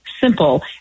simple